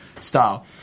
style